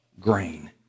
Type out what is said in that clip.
grain